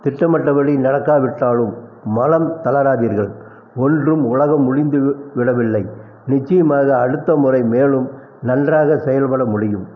திட்டமிட்டபடி நடக்காவிட்டாலும் மனம் தளராதீர்கள் ஒன்றும் உலகம் முடிந்துவிடவில்லை நிச்சயமாக அடுத்த முறை மேலும் நன்றாக செயல்பட முடியும்